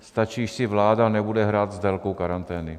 Stačí, když si vláda nebude hrát s délkou karantény.